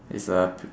is a p~